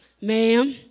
Ma'am